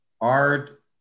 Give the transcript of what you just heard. Art